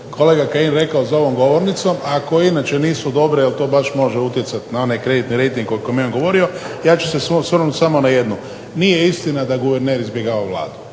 kolega Kajin rekao za ovom govornicom, a koje inače nisu dobre jer to baš može utjecat na onaj kreditni rejting o kojem je on govorio, ja ću se osvrnut samo na jednu. Nije istina da guverner izbjegava Vladu,